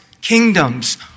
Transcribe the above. kingdoms